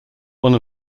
one